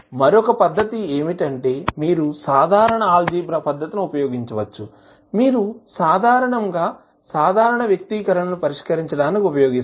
మరొక పద్ధతి ఏమిటంటే మీరు సాధారణ ఆల్జీబ్రా పద్ధతిని ఉపయోగించవచ్చు మీరు సాధారణంగా సాధారణ వ్యక్తీకరణలను పరిష్కరించడానికి ఉపయోగిస్తారు